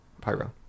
Pyro